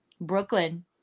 Brooklyn